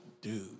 dude